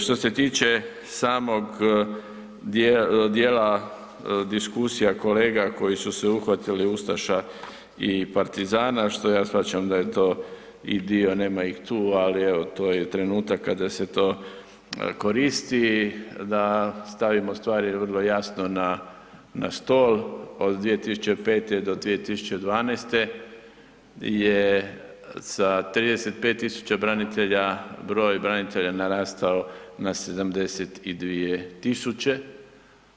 Što se tiče samog dijela diskusija kolega koji su se uhvatili ustaša i partizana, što ja shvaćam da je to i dio, nema ih tu, ali evo to je trenutak kada se to koristi da stavimo stvari vrlo jasno na, na stol, od 2005. do 2012. je, sa 35 000 branitelja broj branitelja narastao na 72 000.